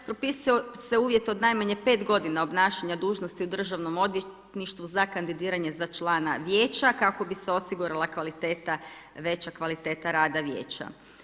Propisuje se uvjet od najmanje 5 godina obnašanja dužnosti u državnom odvjetništvu za kandidiranje za člana vijeća kako bi se osigurala kvaliteta veća kvaliteta rada vijeća.